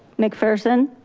mcpherson?